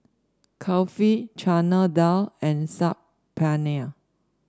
Kulfi Chana Dal and Saag Paneer